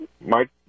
Mike